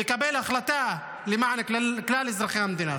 ויקבל החלטה למען כלל אזרחי המדינה.